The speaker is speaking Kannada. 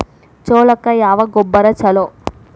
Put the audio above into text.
ಜೋಳಕ್ಕ ಯಾವ ಗೊಬ್ಬರ ಛಲೋ?